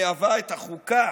המהווה את החוקה